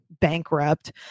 bankrupt